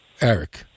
Eric